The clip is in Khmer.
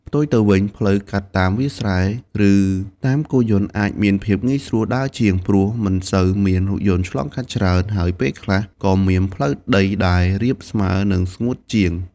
ផ្ទុយទៅវិញ ផ្លូវកាត់តាមវាលស្រែ ឬតាមគោយន្តអាចមានភាពងាយស្រួលដើរជាង ព្រោះមិនសូវមានរថយន្តឆ្លងកាត់ច្រើន ហើយពេលខ្លះក៏មានផ្លូវដីដែលរាបស្មើ និងស្ងួតជាង។